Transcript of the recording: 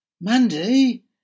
Mandy